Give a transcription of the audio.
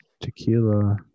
tequila